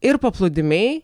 ir paplūdimiai